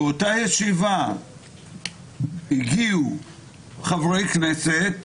באותה ישיבה הגיעו חברי כנסת,